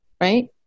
right